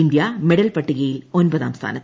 India മെഡൽപട്ടികയിൽ ഒൻപതാം സ്ഥാനത്ത്